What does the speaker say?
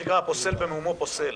הפוסל במומו פוסל.